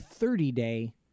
30-day